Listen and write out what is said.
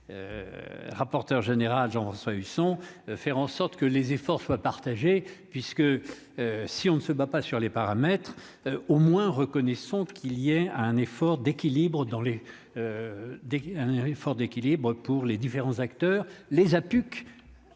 rapporteur général Jean-François Husson, faire en sorte que les efforts soient partagés puisque si on ne se bat pas sur les paramètres, au moins, reconnaissons qu'il ait à un effort d'équilibres dans les des efforts d'équilibres pour